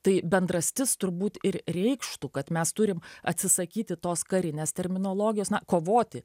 tai bendrastis turbūt ir reikštų kad mes turim atsisakyti tos karinės terminologijos na kovoti